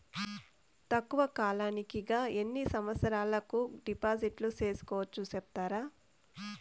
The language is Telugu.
తక్కువ కాలానికి గా ఎన్ని సంవత్సరాల కు డిపాజిట్లు సేసుకోవచ్చు సెప్తారా